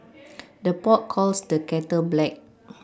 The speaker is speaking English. the pot calls the kettle black